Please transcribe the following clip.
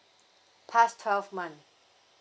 past twelve month